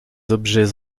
objets